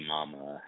Mama